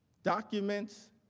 documents,